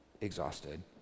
exhausted